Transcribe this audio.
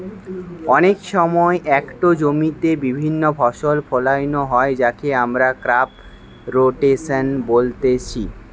অনেক সময় একটো জমিতে বিভিন্ন ফসল ফোলানো হয় যাকে আমরা ক্রপ রোটেশন বলতিছে